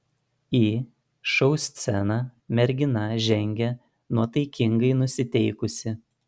į šou sceną mergina žengė nuotaikingai nusiteikusi